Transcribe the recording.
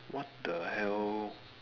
what the hell